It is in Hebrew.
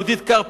יהודית קרפ,